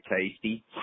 tasty